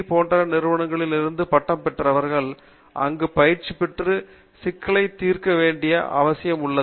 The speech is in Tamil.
போன்ற நிறுவனங்களில் இருந்து பட்டம் பெற்றவர்கள் அங்கு பயிற்சி பெற்று சிக்கலை தீர்க்க வேண்டியது அவசியம் ஆகிறது